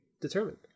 determined